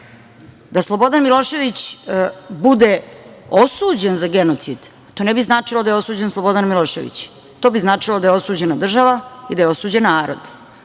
da slobodan Milošević bude osuđen za genocid. To ne bi značilo da je osuđen Slobodan Milošević, to bi značilo da je osuđena država i da je osuđen narod.